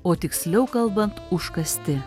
o tiksliau kalbant užkasti